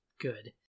good